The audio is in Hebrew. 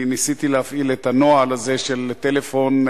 ניסיתי להפעיל את הנוהל הזה של טלפון,